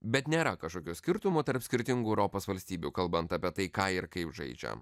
bet nėra kažkokio skirtumo tarp skirtingų europos valstybių kalbant apie tai ką ir kaip žaidžia